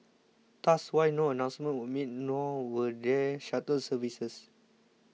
thus why no announcements were made nor were there shuttle services